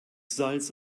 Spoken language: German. salz